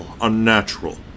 unnatural